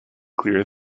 clear